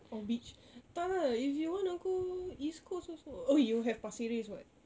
or beach tak lah if you want to go east coast also oh you have pasir ris [what]